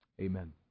Amen